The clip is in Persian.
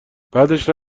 بعدشم